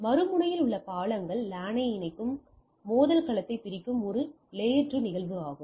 மறுமுனையில் உள்ள பாலங்கள் லேன் ஐ இணைக்கும் மோதல் களத்தை பிரிக்கும் ஒரு அடுக்கு 2 நிகழ்வு ஆகும்